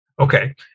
Okay